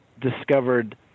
discovered